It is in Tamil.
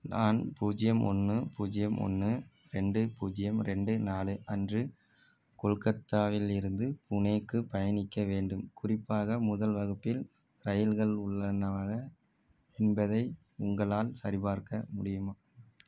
நான் பூஜ்ஜியம் ஒன்று பூஜ்ஜியம் ஒன்று ரெண்டு பூஜ்ஜியம் ரெண்டு நாலு அன்று கொல்கத்தாவிலிருந்து புனேவுக்கு பயணிக்க வேண்டும் குறிப்பாக முதல் வகுப்பில் இரயில்கள் உள்ளனவா என்பதை உங்களால் சரிபார்க்க முடியுமா